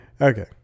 Okay